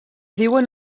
diuen